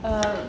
err